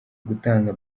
gutanga